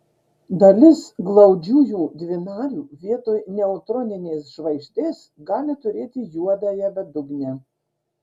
dalis glaudžiųjų dvinarių vietoj neutroninės žvaigždės gali turėti juodąją bedugnę